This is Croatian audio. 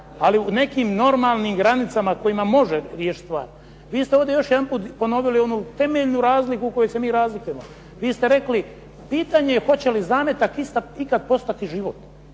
ali u nekim normalnim granicama u kojima može riješiti stvar. Vi ste još jedanput ponovili onu temeljnu razliku kojom se mi razlikom. Vi ste rekli, pitanje hoće li zametak ikada postati život?